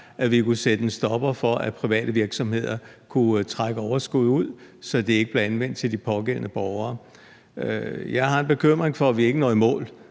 – kunne trækkes ud som overskud af private virksomheder, så pengene ikke blev anvendt til de pågældende borgere. Jeg har en bekymring for, at vi ikke når i mål